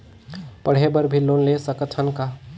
पढ़े बर भी लोन ले सकत हन का?